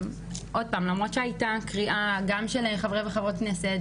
למרות שהיתה קריאה גם של חברי וחברות כנסת,